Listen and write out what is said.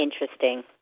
Interesting